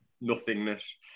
nothingness